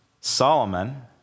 Solomon